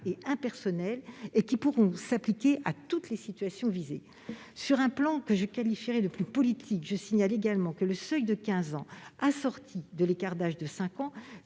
et impersonnelles et qui pourront s'appliquer à toutes les situations visées. Sur un plan que je qualifierais de plus politique, je signale également que le seuil de 15 ans assorti de l'écart d'âge de cinq